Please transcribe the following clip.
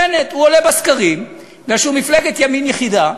בנט עולה בסקרים מפני שהוא מפלגת ימין יחידה,